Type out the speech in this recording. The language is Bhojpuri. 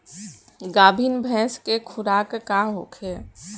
गाभिन भैंस के खुराक का होखे?